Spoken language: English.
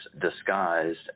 disguised